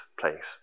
place